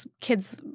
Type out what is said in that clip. kids –